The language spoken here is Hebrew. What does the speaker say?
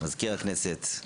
מזכיר הכנסת,